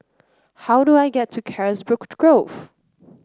how do I get to Carisbrooke Grove